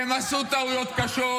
הם עשו טעויות קשות,